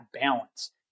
balance